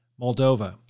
Moldova